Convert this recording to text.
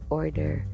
order